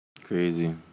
Crazy